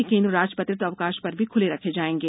ये केंद्र राजपत्रित अवकाश पर भी ख्ले रखे जाएंगे